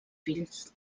fills